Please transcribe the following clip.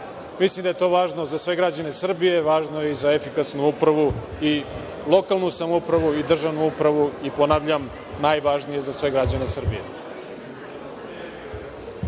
Mislim da je to važno za sve građane Srbije, važno je i za efikasnu upravu, i lokalnu samoupravu, i državnu upravu. Ponavljam, najvažnije je za sve građane Srbije.